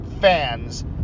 fans